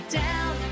down